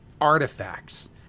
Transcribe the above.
artifacts